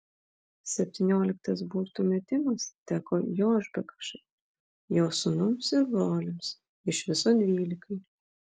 septynioliktas burtų metimas teko jošbekašai jo sūnums ir broliams iš viso dvylikai